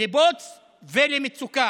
לבוץ ולמצוקה.